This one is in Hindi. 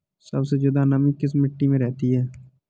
सबसे ज्यादा नमी किस मिट्टी में रहती है?